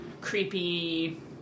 creepy